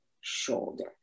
shoulder